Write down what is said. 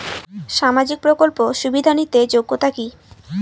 সামাজিক প্রকল্প সুবিধা নিতে যোগ্যতা কি?